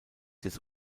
des